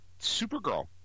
supergirl